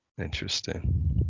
interesting